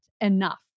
enough